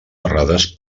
errades